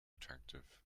attractive